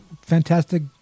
Fantastic